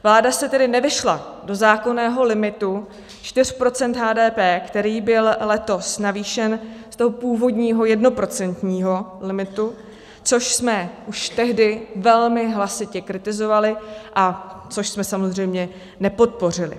Vláda se tedy nevešla do zákonného limitu 4 % HDP, který byl letos navýšen z toho původního jednoprocentního limitu, což jsme už tehdy velmi hlasitě kritizovali a což jsme samozřejmě nepodpořili.